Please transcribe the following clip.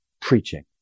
preaching